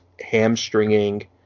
hamstringing